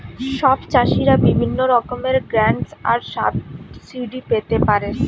সব চাষীরা বিভিন্ন রকমের গ্র্যান্টস আর সাবসিডি পেতে পারে